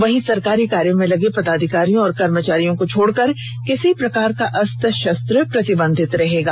वहीं सरकारी कार्य में लगे पदाधिकारियों और कर्मचारियों को छोड़कर किसी प्रकार का अस्त्र शस्त्र प्रतिबंधित रहेगा